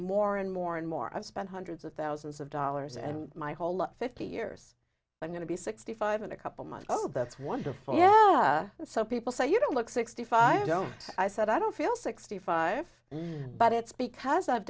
more and more and more i've spent hundreds of thousands of dollars and my whole lot fifty years i'm going to be sixty five in a couple months oh that's wonderful yeah so people say you don't look sixty five i don't i said i don't feel sixty five but it's because i've